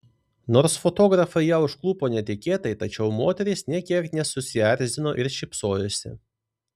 nors fotografai ją užklupo netikėtai tačiau moteris nė kiek nesusierzino ir šypsojosi